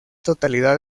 totalidad